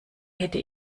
hätte